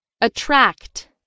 attract